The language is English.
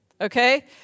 Okay